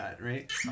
right